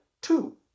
two